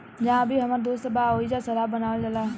जाहा अभी हमर दोस्त बा ओइजा शराब बनावल जाला